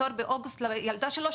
התור באוגוסט לילדה שלו,